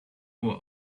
were